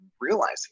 realizing